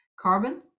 carbon